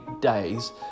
days